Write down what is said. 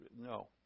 No